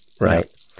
right